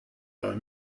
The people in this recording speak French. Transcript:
d’un